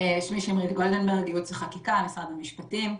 שמי שמרית גולדנברג, ייעוץ וחקיקה, משרד המשפטים,